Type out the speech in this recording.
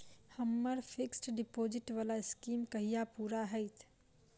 हम्मर fixed deposit वला scheme कहिया पूरा हैत?